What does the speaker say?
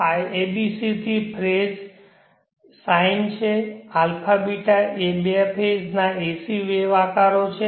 abc three phase sine છે αβ એ બે ફેઝ ના ac વેવ આકારો છે